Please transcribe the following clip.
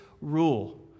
rule